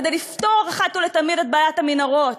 כדי לפתור אחת ולתמיד את בעיית המנהרות,